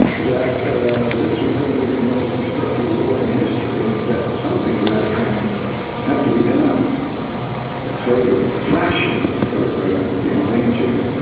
that this was going to be the most destructive war in history and that something of that kind had to be done to save a fraction of the endangered